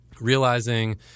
realizing